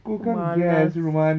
pemalas